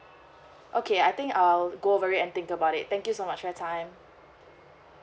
okay I think I'll go over it and think about it thank you so much for your time